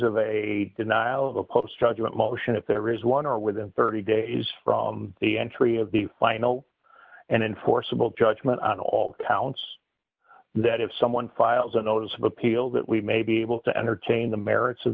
of a denial of a post judgment motion if there is one or within thirty days from the entry of the final and enforceable judgement on all counts that if someone files a notice of appeal that we may be able to entertain the merits of